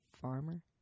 Farmer